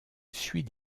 suit